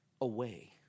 away